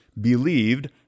believed